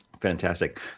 Fantastic